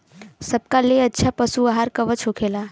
सबका ले अच्छा पशु आहार कवन होखेला?